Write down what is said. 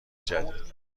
جدید